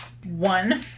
One